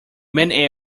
many